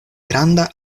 granda